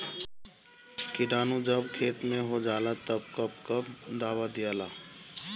किटानु जब खेत मे होजाला तब कब कब दावा दिया?